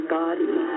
body